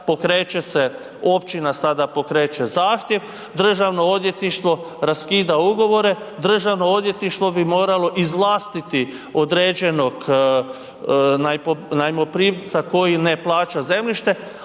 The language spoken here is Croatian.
pokreće se, općina sada pokreće zahtjev, državno odvjetništvo raskida ugovore, državno odvjetništvo bi moralo izvlastiti određenog najmoprimca koji ne plaća zemljište,